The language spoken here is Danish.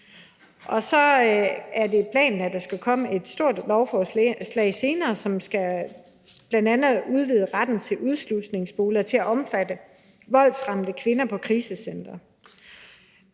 Så er det planen, at der skal komme et stort lovforslag senere, som bl.a. skal udvide retten til udslusningsboliger til at omfatte voldsramte kvinder på krisecentre.